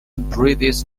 british